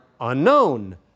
unknown